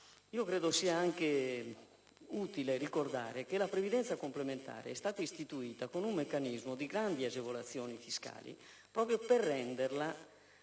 credo sia utile ricordare che la previdenza complementare è stata istituita con un meccanismo di grandi agevolazioni fiscali proprio per renderla